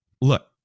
look